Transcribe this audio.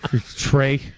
Trey